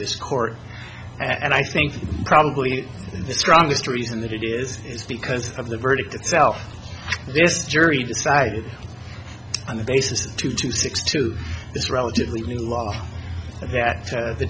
this court and i think probably the strongest reason that it is is because of the verdict itself this jury decided on the basis of two to six to this relatively new law that